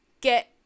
get